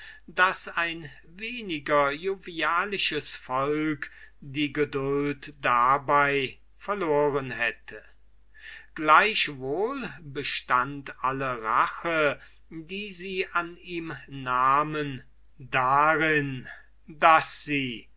daß ein weniger jovialisches volk die geduld dabei verloren hätte gleichwohl bestund alle rache die sie an ihm nahmen darin daß sie